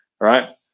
right